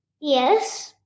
Yes